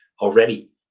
already